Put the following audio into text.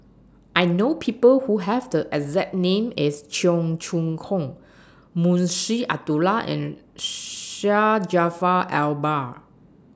I know People Who Have The exact name as Cheong Choong Kong Munshi Abdullah and Syed Jaafar Albar